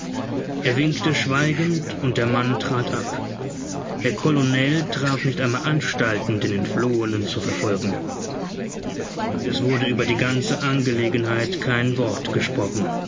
er winkte schweigend und der mann trat ab der colonel traf nicht einmal anstalten den entflohenen zu verfolgen es wurde über die ganze angelegenheit kein wort gesprochen